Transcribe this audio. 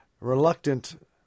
reluctant